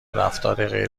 رفتار